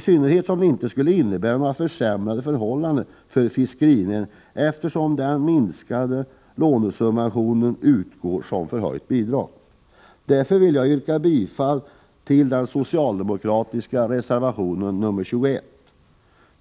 synnerhet som det inte skulle innebära försämrade förhållanden för fiskerinäringen eftersom den minskade lånesubventionen utgår som förhöjt bidrag. Därför vill jag yrka bifall till den socialdemokratiska reservationen nr 21.